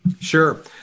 Sure